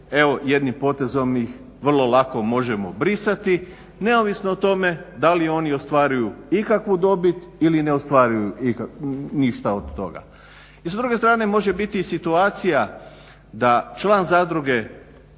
evo jednim potezom ih vrlo lako možemo brisati neovisno o tome da li oni ostvaruju ikakvu dobit ili ne ostvaruju ništa od toga. I sa druge strane može biti i situacija da član zadruge